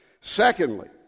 Secondly